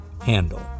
handle